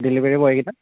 delivery বয়কেইটা